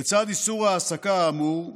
לצד איסור ההעסקה האמור,